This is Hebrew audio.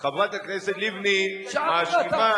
כי אתם,